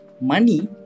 money